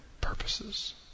purposes